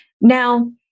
Now